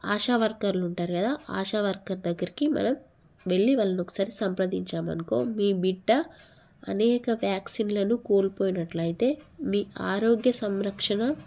ఆశా వర్కర్లు ఉంటారు కదా ఆశా వర్కర్ దగ్గరకి మనం వెళ్ళి వాళ్ళని ఒకసారి సంప్రదించాం అనుకో మీ బిడ్డ అనేక వ్యాక్సిన్లను కోల్పోయినట్టు అయితే మీ ఆరోగ్య సంరక్షణ